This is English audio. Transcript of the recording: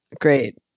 Great